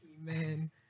Amen